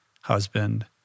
husband